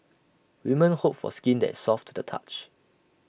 women hope for skin that is soft to the touch